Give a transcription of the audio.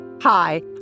Hi